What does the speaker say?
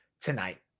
tonight